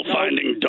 finding